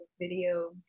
video